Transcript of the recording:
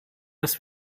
dass